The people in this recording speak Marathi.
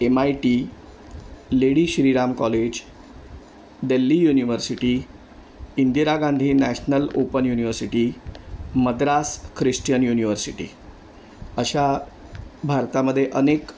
M I T lady Shriram college Delhi university Indira Gandhi national open university Madras Christian university अशा भारतामध्ये अनेक